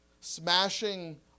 smashing